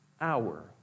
hour